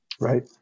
right